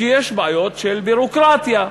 שיש בעיות של ביורוקרטיה.